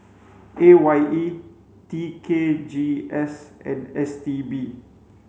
A Y E T K G S and S T B